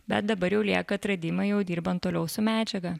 bet dabar jau lieka atradimai jau dirbant toliau su medžiaga